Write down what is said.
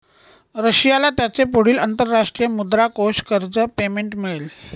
रशियाला त्याचे पुढील अंतरराष्ट्रीय मुद्रा कोष कर्ज पेमेंट मिळेल